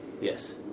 Yes